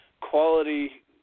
quality